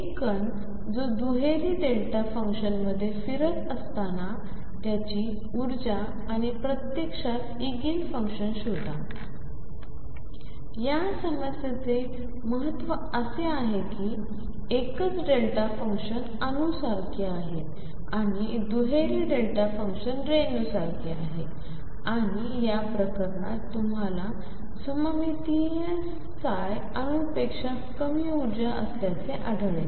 एक कण जो दुहेरी डेल्टा फंक्शन मध्ये फिरत असताना त्याची ऊर्जा आणि प्रत्यक्षात इगेन फुंकशन शोधा या समस्येचे महत्त्व असे आहे की एकच डेल्टा फंक्शन अणूसारखे आहे आणि दुहेरी डेल्टा फंक्शन रेणूसारखे आहे आणि या प्रकरणात तुम्हाला सममितीय अणूपेक्षा ऊर्जा कमी असल्याचे आढळेल